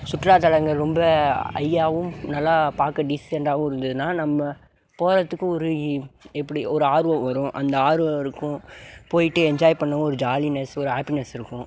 சுற்றுலாத்தலங்கள் ரொம்ப ஹைய்யாவும் நல்லா பார்க்க டீசெண்டாகவும் இருந்ததுனா நம்ம போகிறத்துக்கு ஒரு எப்படி ஒரு ஆர்வம் வரும் அந்த ஆர்வம் இருக்கும் போய்ட்டு என்ஜாய் பண்ணவும் ஒரு ஜாலினஸ் ஒரு ஹேப்பினஸ் இருக்கும்